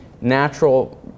natural